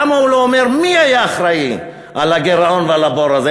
למה הוא לא אומר מי היה אחראי על הגירעון ועל הבור הזה?